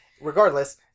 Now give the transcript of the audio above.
regardless